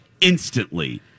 instantly